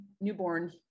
newborn